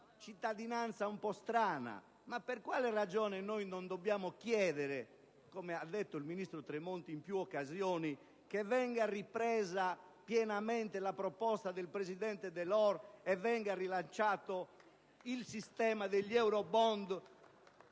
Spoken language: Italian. cittadinanza un po' strana. Ma per quale ragione non dobbiamo chiedere - come ha detto il ministro Tremonti in più occasioni - che venga ripresa pienamente la proposta del presidente Delors *(Applausi dal Gruppo PD)* e venga rilanciato il sistema degli *eurobond*,